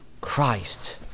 Christ